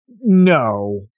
No